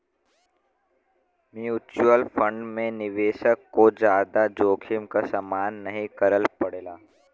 mutual fund में निवेशक को जादा जोखिम क सामना नाहीं करना पड़ला